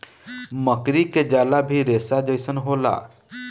मकड़ी के जाला भी रेसा जइसन होला